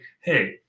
Hey